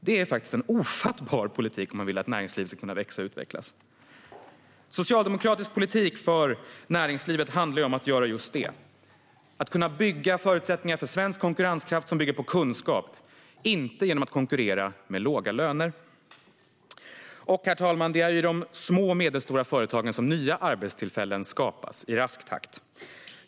Det är faktiskt en ofattbar politik om man vill att näringslivet ska kunna växa och utvecklas. Socialdemokratisk politik för näringslivet handlar just om att bygga förutsättningar för svensk konkurrenskraft som bygger på kunskap och inte på att konkurrera med låga löner. Herr talman! Det är i de små och medelstora företagen som nya arbetstillfällen skapas i rask takt.